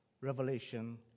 Revelation